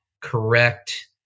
correct